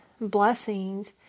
blessings